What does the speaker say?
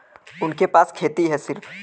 उनके पास खेती हैं सिर्फ